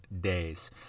days